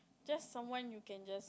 just someone you can just